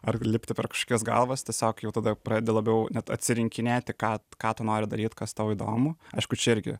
ar lipti per kažkokias galvas tiesiog jau tada jau pradedi labiau net atsirinkinėti ką ką tu nori daryt kas tau įdomu aišku čia irgi